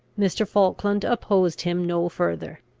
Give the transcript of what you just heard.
mr. falkland opposed him no further.